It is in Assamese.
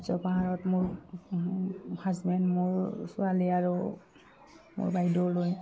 সূৰ্য পাহাৰত মোৰ হাজবেণ্ড মোৰ ছোৱালী আৰু মোৰ বাইদেউলৈ